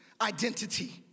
identity